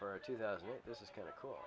for two thousand this is kind of cool